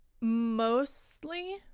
Mostly